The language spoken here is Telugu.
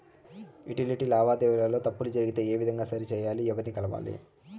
యుటిలిటీ లావాదేవీల లో తప్పులు జరిగితే ఏ విధంగా సరిచెయ్యాలి? ఎవర్ని కలవాలి?